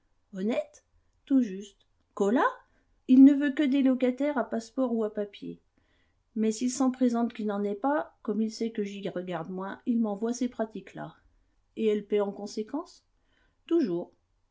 honnête tout juste colas il ne veut que des locataires à passeport ou à papiers mais s'il s'en présente qui n'en aient pas comme il sait que j'y regarde moins il m'envoie ces pratiques là et elles paient en conséquence toujours